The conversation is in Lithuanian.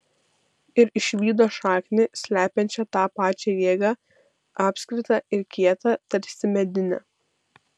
ir išvydo šaknį slepiančią tą pačią jėgą apskritą ir kietą tarsi medinę